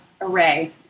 array